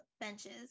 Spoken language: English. benches